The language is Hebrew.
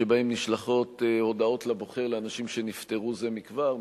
שבהם נשלחות הודעות לבוחר לאנשים שנפטרו זה מכבר,